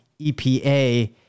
EPA